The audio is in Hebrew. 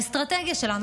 האסטרטגיה שלנו,